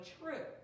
true